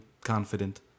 confident